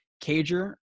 Cager